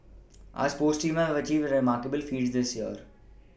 our sports teams have achieved a remarkable feats this year